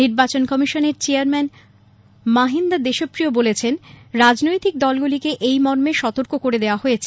নির্বাচন কমিশনের চেয়ারম্যান মহিন্দা দেশপ্রিয় বলেছেন রাজনৈতিক দলগুলিকে এই মর্মে সতর্ক করে দেওয়া হয়েছে